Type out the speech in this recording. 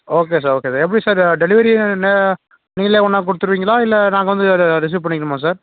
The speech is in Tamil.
ஓகே சார் ஓகே சார் எப்படி சார் டெலிவெரி என்ன நீங்களே ஒன்றா கொடுத்துருவீங்களா இல்லை நாங்கள் வந்து வேறு ரிசீவ் பண்ணிக்கணுமா சார்